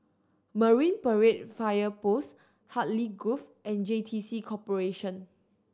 Marine Parade Fire Post Hartley Grove and J T C Corporation